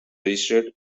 registered